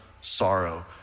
sorrow